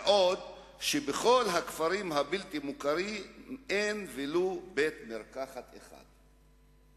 בעוד שבכל הכפרים הבלתי-מוכרים אין ולו בית-מרקחת אחד.